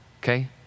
okay